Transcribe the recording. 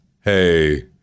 hey